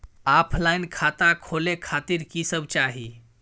Offline खाता खोले खातिर की सब चाही?